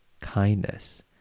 kindness